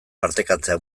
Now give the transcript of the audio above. partekatzea